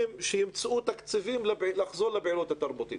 שימצאו תקציבים לחזור לפעילות תרבותית.